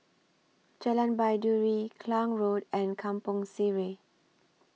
Jalan Baiduri Klang Road and Kampong Sireh